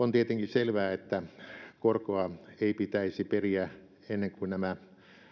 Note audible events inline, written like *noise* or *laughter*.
*unintelligible* on tietenkin selvää että korkoa ei pitäisi periä ennen kuin nämä